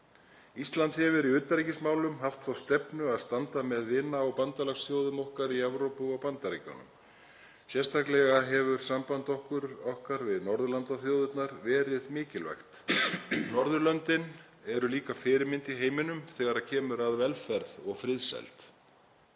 Ísland hefur í utanríkismálum haft þá stefnu að standa með vina- og bandalagsþjóðum okkar í Evrópu og Bandaríkjunum. Sérstaklega hefur samband okkar við Norðurlandaþjóðirnar verið mikilvægt. Norðurlöndin eru líka fyrirmynd í heiminum þegar kemur að velferð og friðsæld.